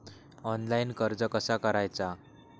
Online कर्ज कसा करायचा?